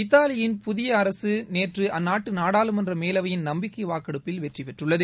இத்தாலியின் புதிய அரசு நேற்று அந்நாட்டு நாடாளுமன்ற மேலவையின் நம்பிக்கை வாக்கெடுப்பில் வெற்றிபெற்றுள்ளது